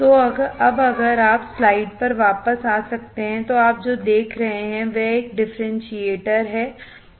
तो अब अगर आप स्लाइड पर वापस आ सकते हैं तो आप जो देख रहे हैं वह एक डिफरेंशिएटर है